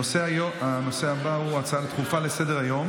נעבור להצעות דחופות לסדר-היום